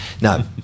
No